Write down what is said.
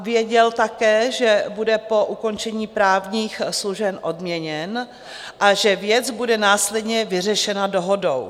Věděl také, že bude po ukončení právních služeb odměněn a že věc bude následně vyřešena dohodou.